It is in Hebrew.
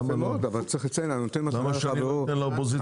למה שאני לא אתן לאופוזיציה.